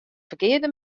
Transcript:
ferkearde